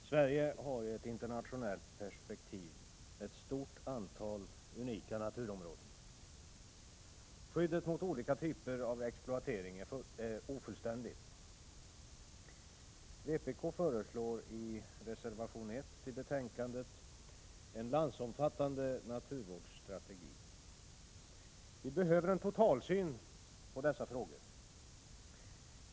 Herr talman! Sverige har i ett internationellt perspektiv ett stort antal unika naturområden. Skyddet mot olika typer av exploatering är ofullständigt. Vpk föreslår i reservation 1 till detta betänkande en landsomfattande naturvårdsstrategi. Vi behöver en totalsyn på dessa frågor.